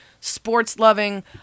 sports-loving